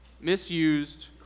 misused